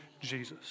Jesus